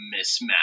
mismatch